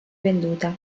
venduta